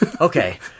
Okay